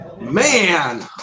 man